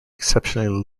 exceptionally